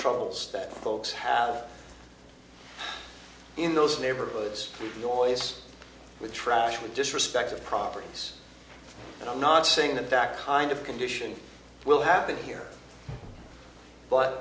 troubles that folks have in those neighborhoods joyce with trash with disrespect of properties and i'm not saying the fact kind of condition will happen here but